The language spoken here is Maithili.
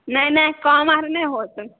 नहि नहि कम आर नहि होत